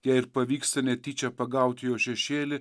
jei ir pavyksta netyčia pagauti jo šešėlį